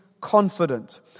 confident